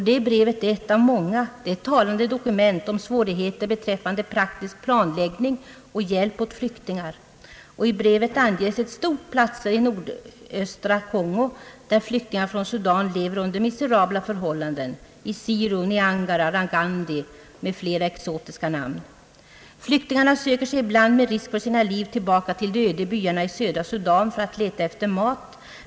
Detta brev — ett av många — är ett talande dokument om svårigheterna beträffande praktisk planläggning och hjälp åt flyktingar. I brevet anges ett stort antal platser i nordöstra Kongo där flyktingar från Sudan lever under miserabla förhållanden — Isiro, Niangara, Rangandi med flera exotiska namn. Flyktingarna söker sig ibland med risk för sina liv tillbaka till de öde byarna i södra Sudan för att leta efter mat.